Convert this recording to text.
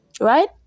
Right